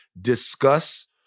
discuss